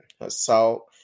assault